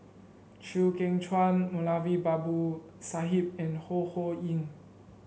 Chew Kheng Chuan Moulavi Babu Sahib and Ho Ho Ying